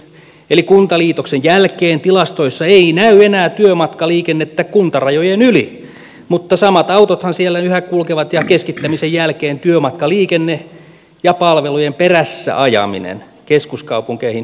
eli kuntaliitoksen jälkeen tilastoissa ei näy enää työmatkaliikennettä kuntarajojen yli mutta samat autothan siellä yhä kulkevat ja keskittämisen jälkeen työmatkaliikenne ja palvelujen perässä ajaminen keskuskaupunkeihin päinvastoin lisääntyy